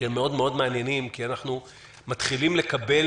שהם מאוד מאוד מעניינים כי אנחנו מתחילים לקבל